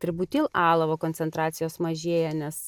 atributilalavo koncentracijos mažėja nes